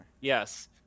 Yes